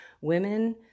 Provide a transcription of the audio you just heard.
Women